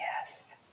Yes